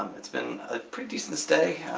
um it's been a pretty decent stay.